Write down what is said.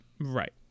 Right